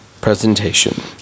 Presentation